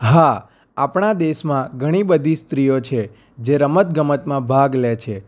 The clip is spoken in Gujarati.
હા આપણા દેશમાં ઘણી બધી સ્ત્રીઓ છે જે રમત ગમતમાં ભાગ લે છે